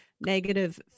negative